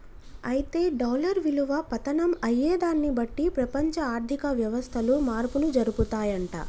అయితే డాలర్ విలువ పతనం అయ్యేదాన్ని బట్టి ప్రపంచ ఆర్థిక వ్యవస్థలు మార్పులు జరుపుతాయంట